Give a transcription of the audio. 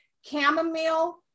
chamomile